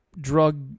drug